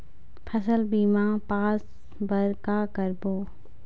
फसल बीमा पास बर का करबो?